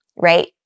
right